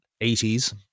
80s